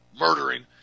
murdering